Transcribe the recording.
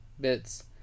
bits